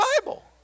Bible